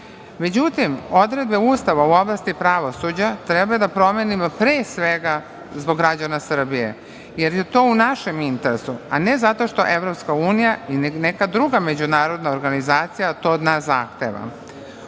odredbe Ustava u oblasti pravosuđa treba da promenimo, pre svega zbog građana Srbije, jer je to u našem interesu, a ne zato što EU i neka druga međunarodna organizacija to od nas zahteva.U